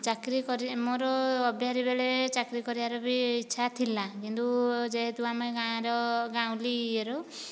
ଚାକିରୀ କରି ମୋର ଅବିହାରୀ ବେଳେ ଚାକିରୀ କରିବାର ବି ଇଚ୍ଛା ଥିଲା କିନ୍ତୁ ଯେହେତୁ ଆମେ ଗାଁର ଗାଉଁଲି ଇଏ ରୁ